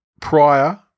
prior